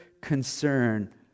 concern